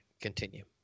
continue